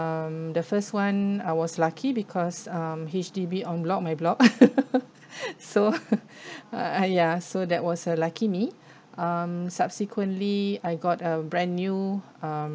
um the first [one] I was lucky because um H_D_B en bloc my block so !aiya! so that was a lucky me um subsequently I got a brand new um